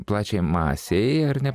plačiajai masei ar ne